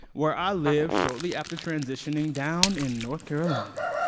where i lived shortly after transitioning, down in north carolina